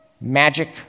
magic